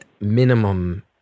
minimum